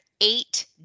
eight